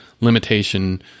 limitation